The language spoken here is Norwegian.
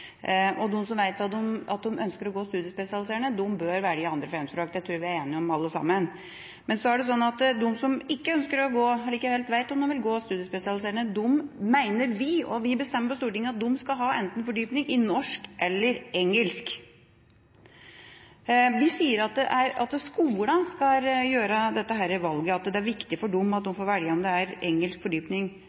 De som vet at de ønsker å gå studiespesialiserende, bør velge 2. fremmedspråk, det tror jeg vi er enige om alle sammen. Men de som ikke ønsker eller ikke helt vet om de vil gå studiespesialiserende, de mener vi – vi bestemmer på Stortinget – skal ha fordypning i enten norsk eller engelsk. Vi sier at skolen skal gjøre dette valget, at det er viktig for dem at de får velge om de skal tilby engelsk fordypning,